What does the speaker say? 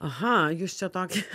aha jūs čia tokį